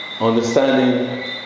understanding